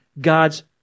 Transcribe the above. God's